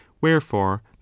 wherefore